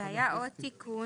היה עוד תיקון